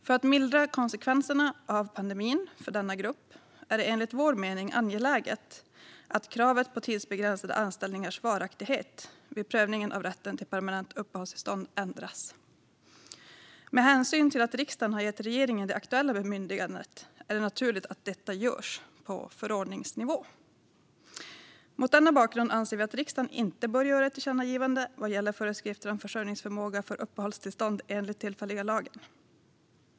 För att mildra konsekvenserna av pandemin för denna grupp är det enligt vår mening angeläget att kravet på tidsbegränsade anställningars varaktighet vid prövningen av rätten till permanent uppehållstillstånd ändras. Med hänsyn till att riksdagen har gett regeringen det aktuella bemyndigandet är det naturligt att detta görs på förordningsnivå. Mot denna bakgrund anser vi att riksdagen inte bör göra ett tillkännagivande vad gäller föreskrifter om försörjningsförmåga för uppehållstillstånd enligt tillfälliga lagen.